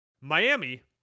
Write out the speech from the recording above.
Miami